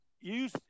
use